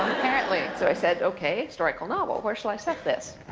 apparently! so i said, ok, historical novel, where shall i set this?